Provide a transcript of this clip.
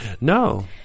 No